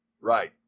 Right